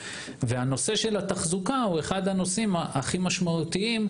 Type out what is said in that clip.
הנושא של התחזוקה הוא אחד הנושאים הכי משמעותיים,